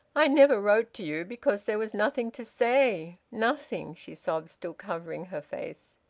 i never wrote to you because there was nothing to say. nothing! she sobbed, still covering her face.